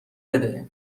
بده